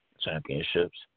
championships